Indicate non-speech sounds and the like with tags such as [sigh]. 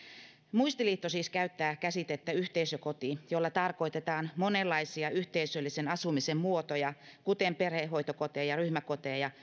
muistiliitto siis käyttää käsitettä yhteisökoti jolla tarkoitetaan monenlaisia yhteisöllisen asumisen muotoja kuten perhehoitokoteja ryhmäkoteja [unintelligible]